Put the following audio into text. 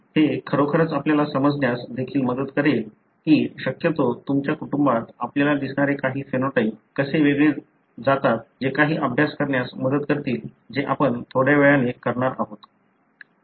हे खरोखरच आपल्याला समजण्यास देखील मदत करेल की शक्यतो तुमच्या कुटुंबात आपल्याला दिसणारे काही फेनोटाइप कसे वेगळे केले जातात जे काही अभ्यास करण्यास मदत करतील जे आपण थोड्या वेळाने करणार आहोत